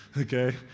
okay